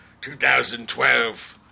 2012